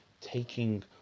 taking